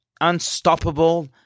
unstoppable